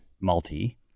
Multi